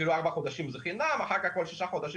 ארבעה חודשים זה חינם ואחר כך כל שישה חודשים